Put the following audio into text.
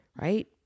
right